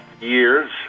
years